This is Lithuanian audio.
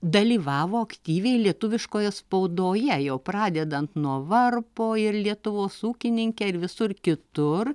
dalyvavo aktyviai lietuviškoje spaudoje jau pradedant nuo varpo ir lietuvos ūkininke ir visur kitur